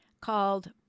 called